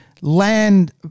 land